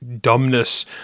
dumbness